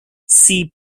see